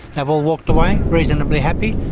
they've all walked away reasonably happy,